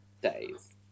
days